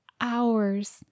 hours